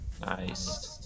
Nice